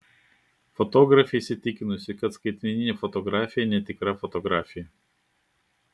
fotografė įsitikinusi kad skaitmeninė fotografija netikra fotografija